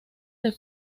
del